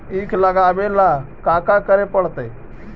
ईख लगावे ला का का करे पड़तैई?